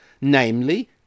namely